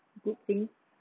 good thing